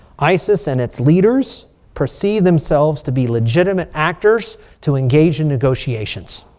isis and its leaders perceive themselves to be legitimate actors to engage in negotiations.